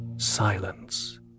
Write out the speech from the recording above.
Silence